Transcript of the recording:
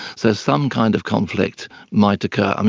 so some kind of conflict might occur. um